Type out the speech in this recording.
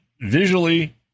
visually